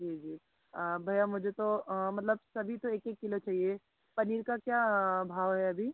जी जी भैया मुझे तो मतलब सभी तो एक एक किलो चाहिए पनीर का क्या भाव है अभी